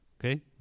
okay